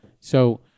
So-